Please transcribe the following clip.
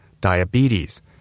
diabetes